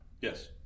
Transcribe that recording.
Yes